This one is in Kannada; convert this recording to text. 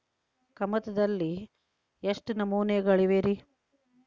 ಕಮತದಲ್ಲಿ ಎಷ್ಟು ನಮೂನೆಗಳಿವೆ ರಿ?